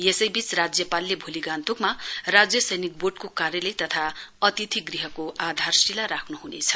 यसैवीच वहाँले भोलि गान्तोकमा राज्य सैनिक वोर्डको कार्याल्य तथा अतिथि गृहको आधारशिला राख्नु हुनेछ